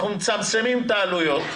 אנחנו מצמצמים את העלויות,